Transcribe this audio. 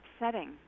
upsetting